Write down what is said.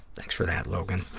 thanks for that, logan.